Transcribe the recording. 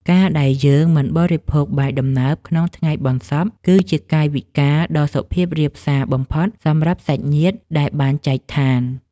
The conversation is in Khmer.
ការណ៍ដែលយើងមិនបរិភោគបាយដំណើបក្នុងថ្ងៃបុណ្យសព គឺជាកាយវិការដ៏សុភាពរាបសារបំផុតសម្រាប់សាច់ញាតិដែលបានចែកឋាន។